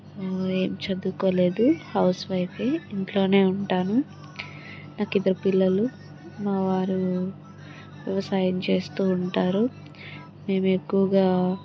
ఏం చదువుకోలేదు హౌస్ వైఫే ఇంట్లోనే ఉంటాను నాకు ఇద్దరు పిల్లలు మా వారు వ్యవసాయం చేస్తూ ఉంటారు మేము ఎక్కువగా